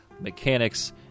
mechanics